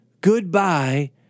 goodbye